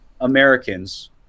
Americans